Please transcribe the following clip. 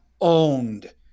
owned